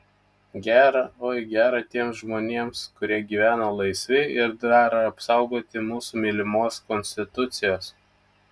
gera oi gera tiems žmonėms kurie gyvena laisvi ir dar apsaugoti mūsų mylimos konstitucijos